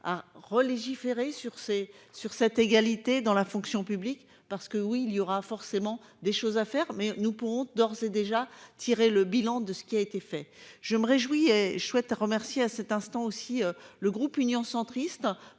errer sur c'est sur cette égalité dans la fonction publique parce que oui il y aura forcément des choses à faire mais nous pourrons d'ores et déjà tiré le bilan de ce qui a été fait, je me réjouis et je souhaite remercier à cet instant, aussi le groupe Union centriste